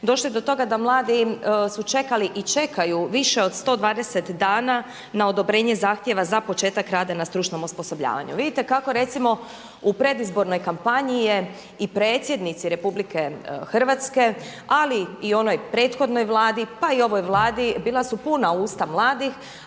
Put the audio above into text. došli do toga da mladi su čekali i čekaju više od 120 dana na odobrenje zahtjeva za početak rada na stručnom osposobljavanju. Vidite kako recimo u predizbornoj kampanji je i predsjednici RH ali i onoj prethodnoj Vladi, pa i ovoj Vladi bila su puna usta mladih,